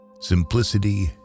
Simplicity